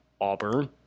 Auburn